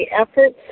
efforts